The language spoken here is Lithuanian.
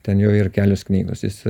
ten jo ir kelios knygos jis